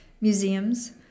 museums